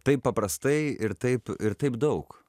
taip paprastai ir taip ir taip daug